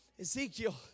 Ezekiel